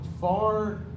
far